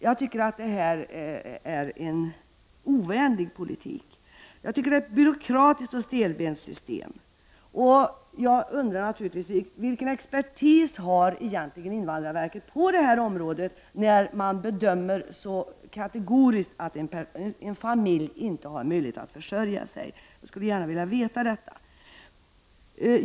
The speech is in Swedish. Det här är som jag ser det en ovänlig politik. Det är ett byråkratiskt och stelbent system, och jag undrar naturligtvis vilken expertis invandrarverket har på detta område, eftersom man så kategoriskt bedömer att en familj inte har möjlighet att försörja sig. Jag skulle gärna vilja veta det.